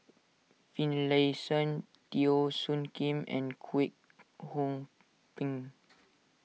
Finlayson Teo Soon Kim and Kwek Hong Png